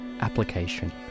Application